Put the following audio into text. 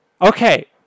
okay